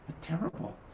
Terrible